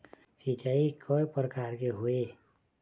सिचाई कय प्रकार के होये?